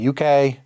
UK